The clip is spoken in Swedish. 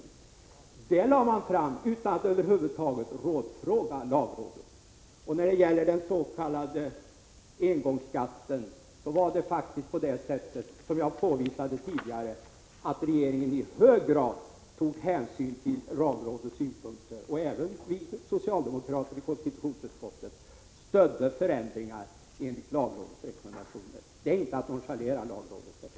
Det förslaget lade man fram utan att över huvud taget rådfråga lagrådet. Och när det gäller den s.k. engångsskatten var det faktiskt så, som jag påvisade tidigare, att regeringen i hög grad tog hänsyn till lagrådets synpunkter. Även vi socialdemokrater i konstitutionsutskottet stödde förändringar enligt lagrådets rekommendationer. Det är inte att nonchalera lagrådet, Bertil Fiskesjö.